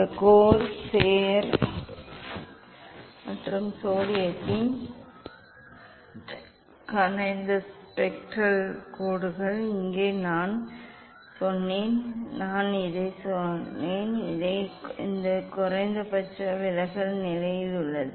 இந்த கோர்செய்ர் மற்றும் சோடியத்திற்கான இந்த ஸ்பெக்ட்ரல் கோடுகள் இங்கே நான் சொன்னேன் நான் இதைச் சொன்னேன் இது குறைந்தபட்ச விலகல் நிலையில் உள்ளது